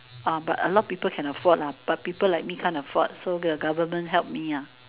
but a lot of people can afford lah but people like me can't afford so the government help me